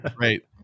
right